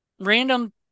random